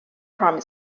primary